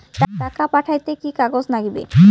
টাকা পাঠাইতে কি কাগজ নাগীবে?